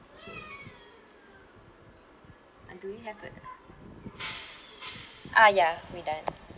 K uh do we have to ah ya we done